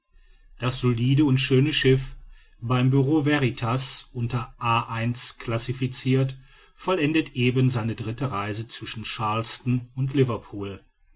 das solide und schöne schiff beim bureau veritas unter a i classificirt vollendet eben seine dritte reise zwischen charleston und liverpool